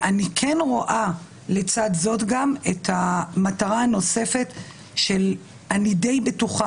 אני כן רואה לצד זאת גם את המטרה הנוספת שאני בטוחה